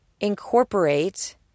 incorporate